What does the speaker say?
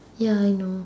ya I know